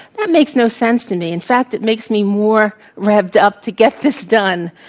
that makes no sense to me. in fact, it makes me more revved up to get this done.